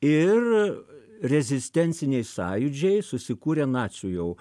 ir rezistenciniai sąjūdžiai susikūrė nacių jau